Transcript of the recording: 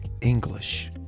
English